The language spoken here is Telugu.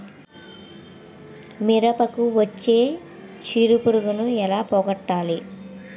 మిరపకు వచ్చే చిడపురుగును ఏల పోగొట్టాలి?